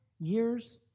years